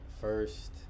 first